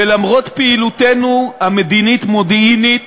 ולמרות פעילותנו המדינית-מודיעינית